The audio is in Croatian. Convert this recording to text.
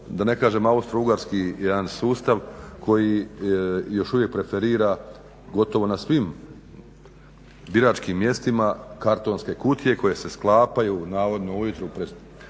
da ne kažem austrougarski jedan sustav koji još uvijek preferira gotovo na svim biračkim mjestima kartonske kutije koje sklapaju navodno ujutro u